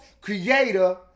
creator